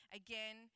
again